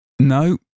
No